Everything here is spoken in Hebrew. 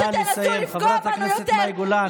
נא לסיים, חברת הכנסת מאי גולן.